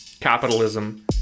capitalism